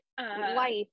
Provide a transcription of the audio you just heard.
life